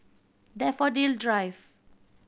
Daffodil Drive